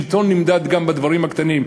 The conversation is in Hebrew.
שלטון נמדד גם בדברים הקטנים.